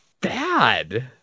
bad